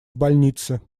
больнице